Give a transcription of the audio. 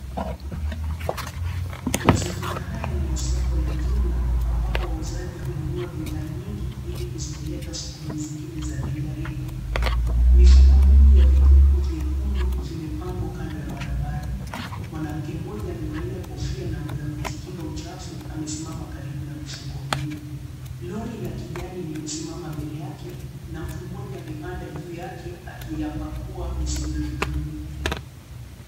Mazingira haya ni ya soko la jumla ambapo wauzaji hununua bidhaa nyingi ili kuzipeleka sokoni zingine za rejareja. Mifuko mingi ya vitunguu vyekundu vimepangwa kando ya barabara. Mwanamke mmoja amevalia kofia na nguo ya kujikinga uchafu amesimama karibu na mifuko hiyo. Lori la kijani limesimama mbele yake na mtu mmoja amepanda juu yake akiyapakua mizigo ya vitunguu.